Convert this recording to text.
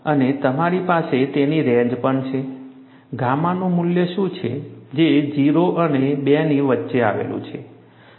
અને તમારી પાસે તેની રેન્જ પણ છે ગામાનું મૂલ્ય શું છે જે 0 અને 2 ની વચ્ચે આવેલું છે